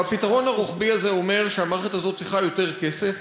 הפתרון הרוחבי הזה אומר שהמערכת הזאת צריכה יותר כסף,